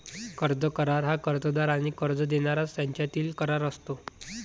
कर्ज करार हा कर्जदार आणि कर्ज देणारा यांच्यातील करार असतो